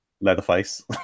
Leatherface